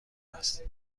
است